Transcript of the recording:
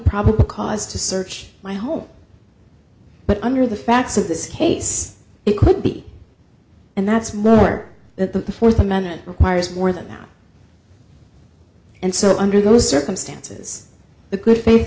probable cause to search my home but under the facts of this case it could be and that's mozart that the fourth amendment requires more than that and so under those circumstances the good faith